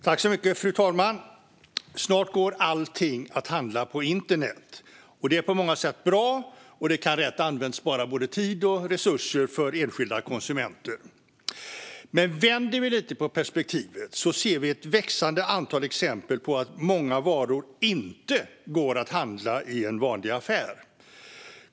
Fru talman! Snart går allting att handla på internet. Detta är på många sätt bra, och det kan, rätt använt, spara både tid och resurser för enskilda konsumenter. Men vänder vi lite på perspektivet ser vi ett växande antal exempel på att många varor inte går att handla i en vanlig affär.